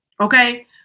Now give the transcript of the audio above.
Okay